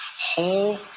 whole